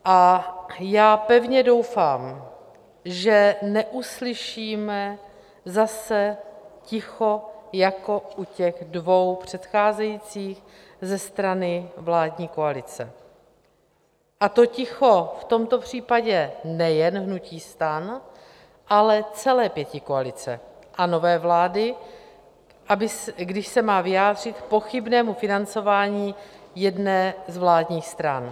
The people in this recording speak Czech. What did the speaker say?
A já pevně doufám, že neuslyšíme zase ticho jako u těch dvou předcházejících ze strany vládní koalice, a to ticho v tomto případě nejen hnutí STAN, ale celé pětikoalice a nové vlády, když se má vyjádřit k pochybnému financování jedné z vládních stran.